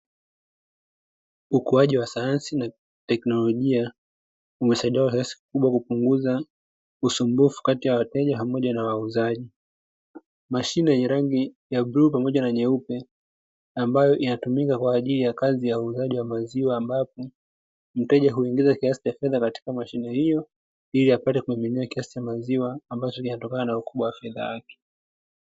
Ukuaji wa sayansi na teknolojia, umesaidia kwa kiasi kikubwa kupunguza usumbufu kati ya wateja pamoja na wauzaji. Mashine yenye rangi ya bluu pamoja na nyeupe ambayo inatumika kwa ajili ya kazi ya uuzaji wa maziwa, ambapo mteja huingiza kiasi cha fedha katika mashine hiyo ili apate kumiminiwa kiasi cha maziwa ambacho kinatokana na ukubwa wa fedha yake.